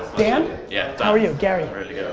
dan? yeah how are you? gary. really yeah